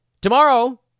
Tomorrow